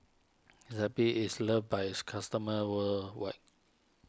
Zappy is loved by its customers worldwide